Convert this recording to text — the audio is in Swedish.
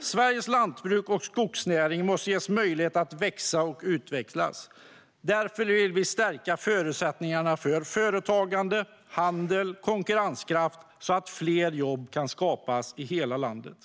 Sveriges lantbruk och skogsnäring måste ges möjlighet att växa och utvecklas. Därför vill vi stärka förutsättningarna för företagande, handel och konkurrenskraft så att fler jobb kan skapas i hela landet.